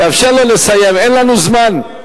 תאפשר לו לסיים, אין לנו זמן.